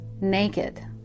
naked